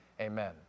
Amen